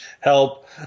help